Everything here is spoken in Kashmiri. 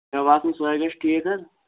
مےٚ باسان سۄے گژھِ ٹھیٖک حظ